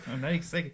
Nice